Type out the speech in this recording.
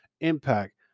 Impact